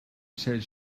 said